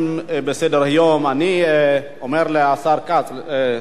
אני אומר לחבר הכנסת כץ,